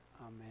Amen